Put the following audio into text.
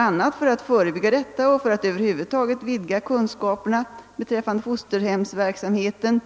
a. för att förebygga detta och för att över huvud taget vidga kunskaperna beträffande fosterhemsverksamheten